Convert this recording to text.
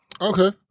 Okay